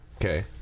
okay